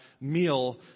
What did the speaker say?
meal